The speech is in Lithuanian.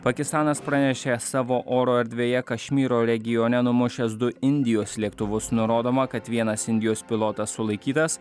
pakistanas pranešė savo oro erdvėje kašmyro regione numušęs du indijos lėktuvus nurodoma kad vienas indijos pilotas sulaikytas